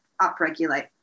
upregulate